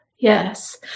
yes